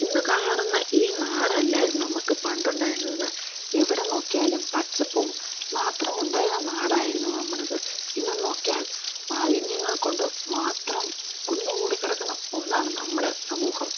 ഇന്ന് കാണുന്ന ഈ നാടല്ലായിരുന്നു നമുക്ക് പണ്ടുണ്ടായിരുന്നത് എവിടെ നോക്കിയാലും പച്ചപ്പും മാത്രമുണ്ടായിരുന്ന നാടായിരുന്നു നമ്മുടേത് ഇന്ന് നോക്കിയാൽ മലിന്യങ്ങൾ കൊണ്ട് മാത്രം കുന്നുകൂടി കിടക്കുന്ന ഒന്നാണ് നമ്മുടെ സമൂഹം